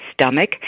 stomach